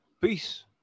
Peace